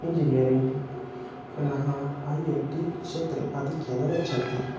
engineering पुनः I I T क्षेत्रे आधिक्येन गच्छन्ति